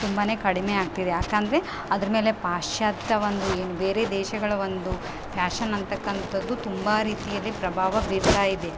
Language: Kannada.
ತುಂಬಾ ಕಡಿಮೆ ಆಗ್ತಿದೆ ಯಾಕಂದರೆ ಅದ್ರ ಮೇಲೆ ಪಾಶ್ಚಾತ್ಯ ಒಂದು ಏನು ಬೇರೆ ದೇಶಗಳ ಒಂದು ಫ್ಯಾಷನ್ ಅಂತಕ್ಕಂಥದ್ದು ತುಂಬ ರೀತಿಯಲ್ಲಿ ಪ್ರಭಾವ ಬೀರ್ತಾಯಿದೆ